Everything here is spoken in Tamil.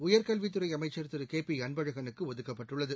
உயர்கல்வித் துறைஅமைச்சா திருகேபிஅன்பழகனுக்குஒதுக்கப்பட்டுள்ளது